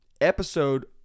episode